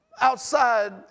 outside